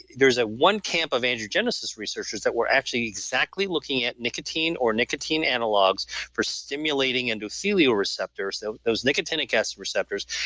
there is ah one camp of angiogenesis researchers that were actually exactly looking at nicotine or nicotine analogues for stimulating endothelial receptors, so those nicotinic acid receptors,